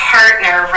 partner